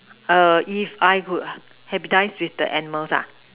err if I could have dance with the animals ah